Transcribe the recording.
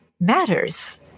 matters